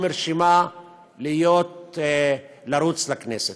או מרשימה לרוץ לכנסת.